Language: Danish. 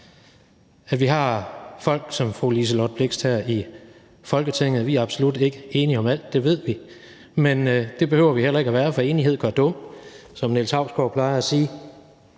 at vi har folk som fru Liselott Blixt her i Folketinget. Vi er absolut ikke enige om alt, det ved vi, men det behøver vi heller ikke at være, for enighed gør dum, som Niels Hausgaard plejer at sige,